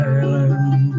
Island